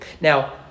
Now